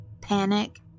panic